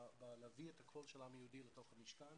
להביא את הקול של העם היהודי לתוך המשכן